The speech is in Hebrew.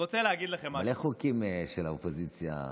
הממשלה תמכה במלא חוקים של האופוזיציה.